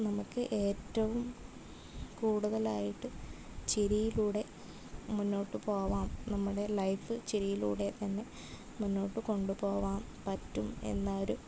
നമുക്ക് ഏറ്റവും കൂടുതലായിട്ട് ചിരിയിലൂടെ മുന്നോട്ട് പോവാം നമ്മുടെ ലൈഫ് ചിരിയിലൂടെ തന്നെ മുന്നോട്ട് കൊണ്ടുപോവാം പറ്റും എന്നൊരു